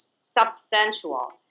substantial